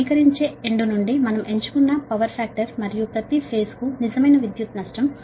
స్వీకరించే ఎండ్ నుండి మనం ఎంచుకున్న పవర్ ఫాక్టర్ మరియు ప్రతి ఫేజ్ కు నిజమైన విద్యుత్ నష్టం 787